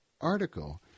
article